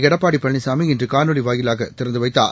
எடப்பாடி பழனிசாமி இன்று காணொலி வாயிலாக திறந்து வைத்தார்